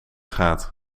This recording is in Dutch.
gaat